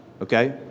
Okay